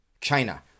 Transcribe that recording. China